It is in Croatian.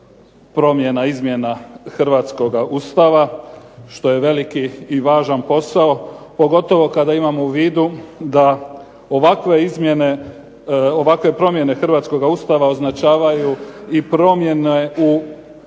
promjena, izmjena hrvatskoga Ustava što je veliki i važan posao pogotovo kada imamo u vidu da ovakve izmjene, ovakve promjene hrvatskoga Ustava označavaju i promjene u